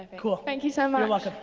cool. thank you so much. you're welcome.